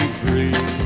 free